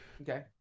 Okay